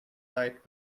night